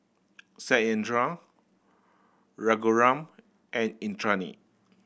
Satyendra Raghuram and Indranee